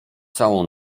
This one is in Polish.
całą